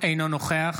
אינו נוכח